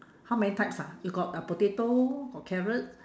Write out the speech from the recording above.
how many types ah you got uh potato got carrot